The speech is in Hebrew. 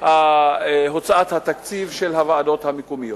הוצאת התקציב של הוועדות המקומיות.